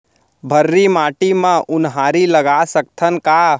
भर्री माटी म उनहारी लगा सकथन का?